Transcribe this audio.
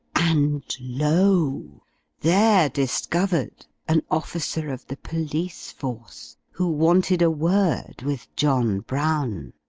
and, lo there discovered an officer of the police force, who wanted a word with john brown